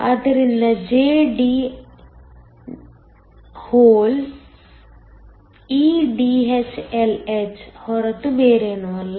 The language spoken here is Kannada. ಆದ್ದರಿಂದ JDhole e Dh Lh ಹೊರತು ಬೇರೇನೂ ಅಲ್ಲ